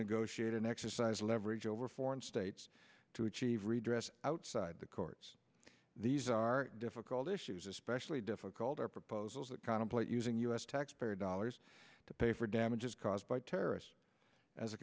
negotiate an exercise leverage over foreign states to achieve redress outside the courts these are difficult issues especially difficult are proposals that contemplate using u s taxpayer dollars to pay for damages caused by terrorists as a